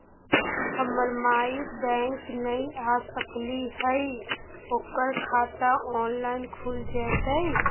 हमर माई बैंक नई आ सकली हई, ओकर खाता ऑनलाइन खुल जयतई?